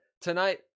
Tonight